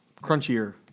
Crunchier